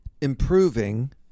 improving